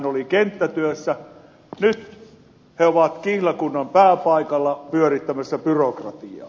nyt he ovat kihlakunnan pääpaikalla pyörittämässä byrokratiaa